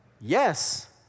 Yes